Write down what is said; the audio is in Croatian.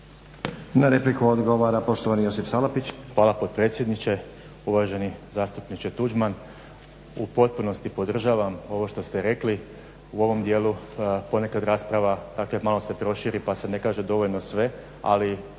Na repliku odgovara poštovani Josip Salapić. **Salapić, Josip (HDSSB)** Hvala potpredsjedniče, uvaženi zastupniče Tuđman. U potpunosti podržavam ovo što ste rekli. U ovom dijelu ponekad rasprava, dakle malo se proširi pa se ne kaže dovoljno sve. Ali